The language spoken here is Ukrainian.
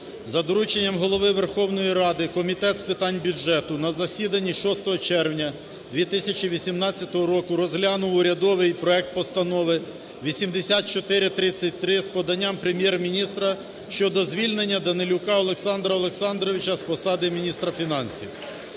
За дорученням Голови Верховної Ради Комітет з питань бюджету на засіданні 6 червня 2018 року розглянув урядовий проект Постанови 8433 з поданням Прем'єр-міністра щодо звільнення Олександра Олександровича з посади міністра фінансів.